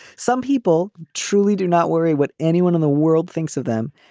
some people truly do not worry what anyone in the world thinks of them.